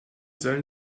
sollen